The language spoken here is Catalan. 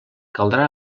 caldrà